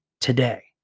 today